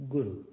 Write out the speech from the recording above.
Guru